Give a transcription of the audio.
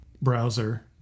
Browser